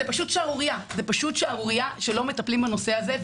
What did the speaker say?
פשוט שערורייה שלא מטפלים בנושא הזה.